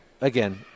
again